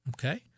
okay